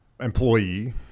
employee